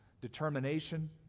determination